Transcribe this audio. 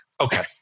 Okay